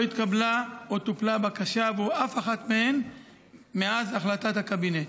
לא התקבלה או טופלה בקשה עבור אף אחת מהן מאז החלטת הקבינט.